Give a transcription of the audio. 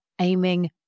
aiming